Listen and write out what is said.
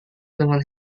dengan